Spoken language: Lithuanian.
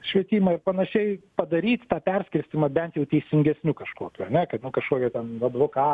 švietimą ir panašiai padaryt tą perskirstymą bent jau teisingesniu kažkokiu ar ne kad nu kažkokio ten advokatų